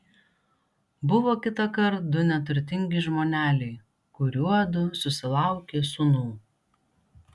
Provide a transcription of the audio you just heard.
buvo kitąkart du neturtingi žmoneliai kuriuodu susilaukė sūnų